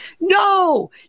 No